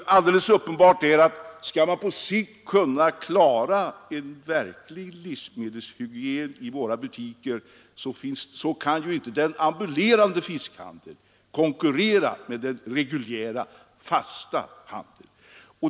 Alldeles uppenbart är att när det gäller att på sikt skapa en verklig livsmedelshygien kan inte den ambulerande fiskhandeln mäta sig med den reguljära, fasta handeln.